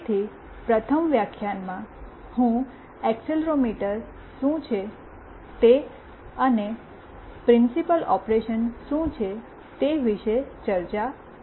તેથી પ્રથમ વ્યાખ્યાનમાં હું એક્સેલરોમીટર શું છે તે અને પ્રિન્સીપલ ઓપરેશન શું છે તે વિશે ચર્ચા કરીશ